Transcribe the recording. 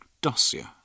dossier